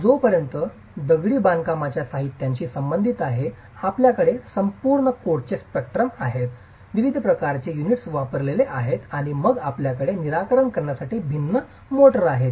जोपर्यंत दगडी बांधकामाच्या साहित्याशी संबंधित आहे आपल्याकडे संपूर्ण कोडचे स्पेक्ट्रम आहे विविध प्रकारचे युनिट्स व्यापलेले आहेत आणि मग आपल्याकडे निराकरण करण्यासाठी भिन्न मोर्टार आहेत